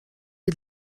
die